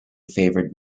favoured